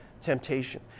temptation